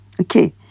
Okay